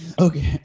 Okay